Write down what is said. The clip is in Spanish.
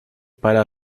para